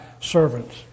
servants